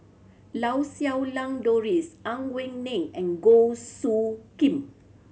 Lau Siew Lang Doris Ang Wei Neng and Goh Soo Khim